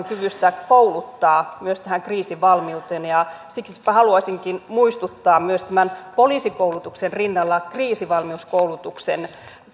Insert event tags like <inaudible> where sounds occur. <unintelligible> kyvystä kouluttaa myös kriisivalmiuteen siksipä haluaisinkin muistuttaa poliisikoulutuksen rinnalla kriisivalmiuskoulutuksen